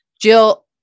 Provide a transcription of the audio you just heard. Jill